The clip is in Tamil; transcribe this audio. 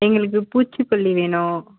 எங்களுக்கு பூச்சிக்கொல்லி வேணும்